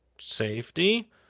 safety